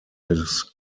his